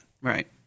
Right